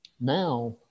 Now